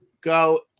go